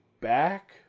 back